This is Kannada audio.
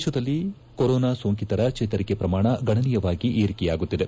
ದೇಶದಲ್ಲಿ ಕೊರೋನಾ ಸೋಂಕಿತರ ಚೇತರಿಕೆ ಪ್ರಮಾಣ ಗಣನೀಯವಾಗಿ ಏರಿಕೆಯಾಗುತ್ತಿದೆ